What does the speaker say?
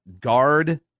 guard